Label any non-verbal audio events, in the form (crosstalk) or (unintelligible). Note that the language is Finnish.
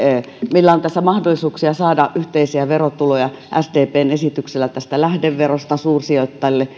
meillä on mahdollisuuksia saada yhteisiä verotuloja sdpn esityksellä lähdeverosta suursijoittajille (unintelligible)